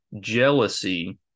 jealousy